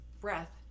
breath